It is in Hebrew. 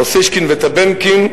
אוסישקין וטבנקין,